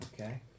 Okay